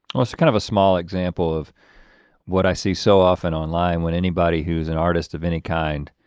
oh, it's kind of a small example of what i see so often online when anybody who's an artist of any kind,